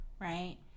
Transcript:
Right